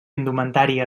indumentària